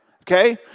Okay